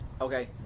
Okay